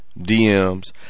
DMs